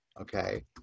okay